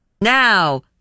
now